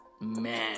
Man